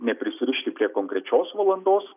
neprisirišti prie konkrečios valandos